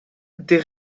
des